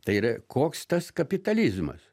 tai yra koks tas kapitalizmas